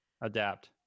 Adapt